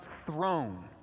throne